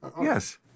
Yes